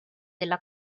della